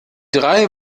drei